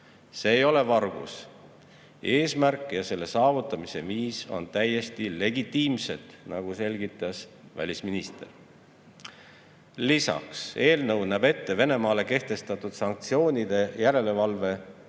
See ei ole vargus. Eesmärk ja selle saavutamise viis on täiesti legitiimsed, nagu selgitas välisminister. Lisaks, eelnõu näeb ette Venemaale kehtestatud sanktsioonide täitmise